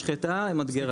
משחטה מדגרה,